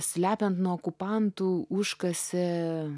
slepiant nuo okupantų užkasė